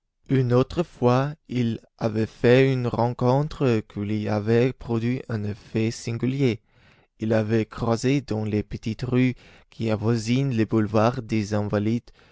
une autre fois il avait fait une rencontre qui lui avait produit un effet singulier il avait croisé dans les petites rues qui avoisinent le boulevard des invalides